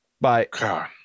Bye